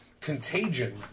Contagion